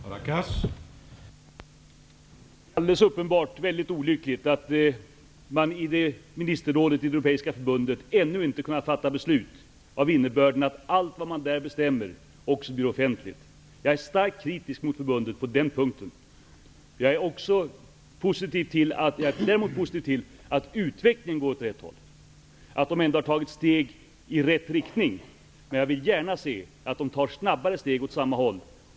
Herr talman! Det är helt uppenbart mycket olyckligt att man i ministerrådet i det europeiska förbundet ännu inte har kunnat fatta beslut av innebörden att allt vad man där bestämmer också blir offentligt. Jag är starkt kritisk mot förbundet på den punkten. Jag är däremot positiv till att utvecklingen går åt rätt håll, att de ändå har tagit steg i rätt riktning. Man jag vill gärna se att de tar snabbare steg åt samma håll.